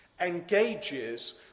engages